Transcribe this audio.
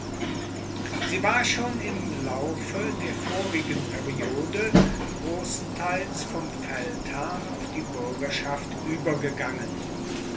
sie war schon im laufe der vorigen periode grossenteils vom feldherrn auf die buergerschaft uebergegangen